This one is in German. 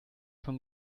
von